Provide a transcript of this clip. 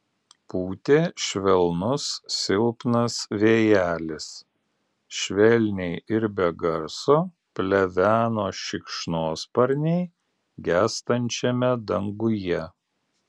pūtė švelnus silpnas vėjelis švelniai ir be garso pleveno šikšnosparniai gęstančiame danguje